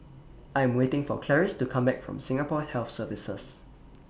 I Am waiting For Clarice to Come Back from Singapore Health Services